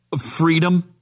freedom